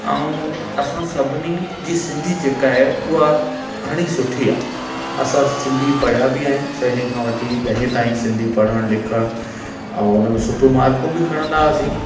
ऐं असां सभिनी जी सिंधी जेका आहे उहा घणी सुठी आहे असां सिंधी पढ़िया बि आहियूं छहे खां वठी ॾहे ताईं सिंधी पढ़ण लिखण ऐं उनमें सुठो मार्कू बि खणंदा हुआसीं